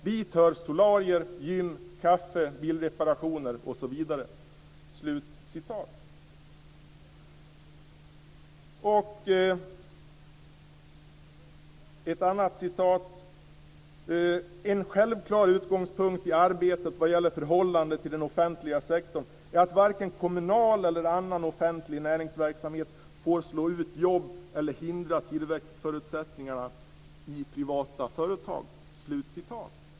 Dit hör solarier, gym, kaffe, bilreparationer osv." Ett annat citat lyder: "En självklar utgångspunkt i arbetet vad gäller förhållandet till den offentliga sektorn är att varken kommunal eller annan offentlig näringsverksamhet får slå ut jobb eller hindra tillväxtförutsättningarna i privata företag."